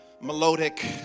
melodic